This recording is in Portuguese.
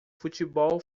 futebol